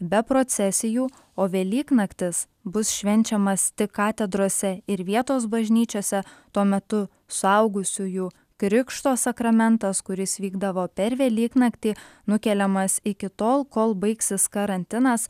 be procesijų o velyknaktis bus švenčiamas tik katedrose ir vietos bažnyčiose tuo metu suaugusiųjų krikšto sakramentas kuris vykdavo per velyknaktį nukeliamas iki tol kol baigsis karantinas